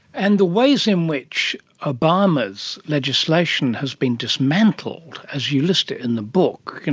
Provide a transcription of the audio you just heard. and the ways in which obama's legislation has been dismantled, as you list it in the book, and